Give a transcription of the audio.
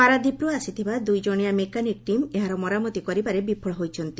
ପାରାଦୀପର୍ ଆସିଥିବା ଦୁଇକଶିଆ mechanic team ଏହାର ମରାମତି କରିବାରେ ବିଫଳ ହୋଇଛନ୍ତି